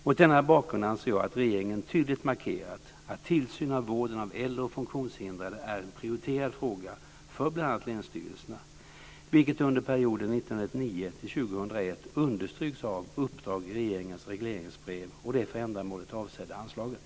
Mot denna bakgrund anser jag att regeringen tydligt markerat att tillsyn av vården av äldre och funktionshindrade är en prioriterad fråga för bl.a. länsstyrelserna, vilket under perioden 1999-2001 understryks av uppdrag i regeringens regleringsbrev och det för ändamålet avsedda anslaget.